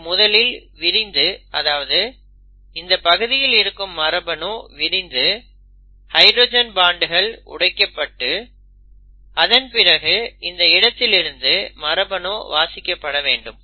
இது முதலில் விரிந்து அதாவது இந்தப் பகுதியில் இருக்கும் மரபணு விரிந்து ஹைட்ரஜன் பாண்டுகள் உடைக்கப்பட்டு அதன் பிறகு இந்த இடத்திலிருந்து மரபணு வாசிக்கப்பட வேண்டும்